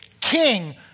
King